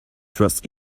trust